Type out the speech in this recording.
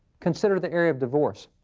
consider the area of divorce.